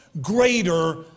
greater